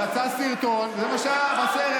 יצא סרטון, וזה מה שהיה בסרט.